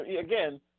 again